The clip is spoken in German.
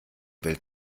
welt